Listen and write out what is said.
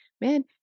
man